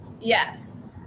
yes